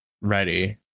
ready